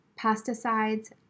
pesticides